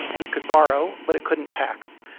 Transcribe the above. and it could borrow, but it couldn't tax.